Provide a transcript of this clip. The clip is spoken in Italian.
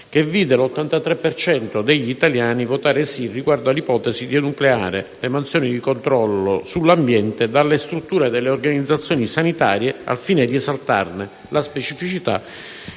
che vide l'83 per cento degli italiani votare «sì» riguardo all'ipotesi di enucleare le mansioni di controllo sull'ambiente dalle strutture delle organizzazioni sanitarie al fine di esaltarne la specificità